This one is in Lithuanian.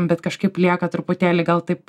bet kažkaip lieka truputėlį gal taip